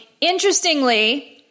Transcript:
Interestingly